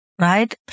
right